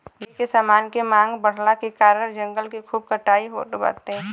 लकड़ी के समान के मांग बढ़ला के कारण जंगल के खूब कटाई होत बाटे